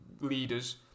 leaders